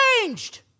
changed